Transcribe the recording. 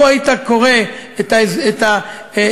לו היית קורא את כל